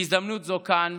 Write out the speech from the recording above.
בהזדמנות זו כאן